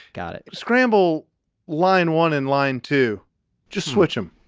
got it scramble line one in line to just switch him.